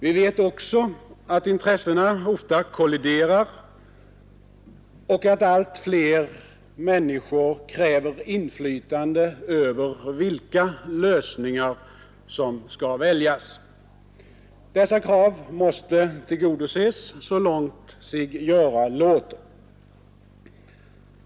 Vi vet också att intressena ofta kolliderat och att allt fler människor kräver inflytande över vilka lösningar som skall väljas. Dessa krav måste tillgodoses så långt sig göra låter.